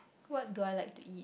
what do I like to eat